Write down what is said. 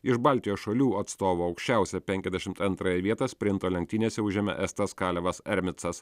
iš baltijos šalių atstovų aukščiausią penkiasdešimt antrąją vietą sprinto lenktynėse užėmė estas kalevas ermicas